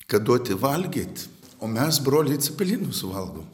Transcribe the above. ką duoti valgyt o mes broliai cepelinus valgom